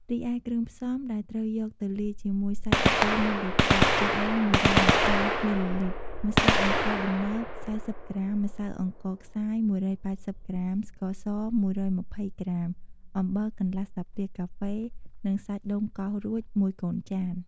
រីឯគ្រឿងផ្សំដែលត្រូវយកទៅលាយជាមួយសាច់ល្ពៅមានដូចជា ខ្ទិះដូង ១២០មីលីលីត្រ ម្សៅអង្ករដំណើប ៤០ក្រាម ម្សៅអង្ករខ្សាយ ១៨០ក្រាម ស្ករស ១២០ក្រាម អំបិល កន្លះស្លាបព្រាកាហ្វេ និងសាច់ដូងកោសរួចមួយកូនចាន។